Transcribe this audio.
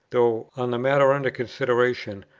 though, on the matter under consideration,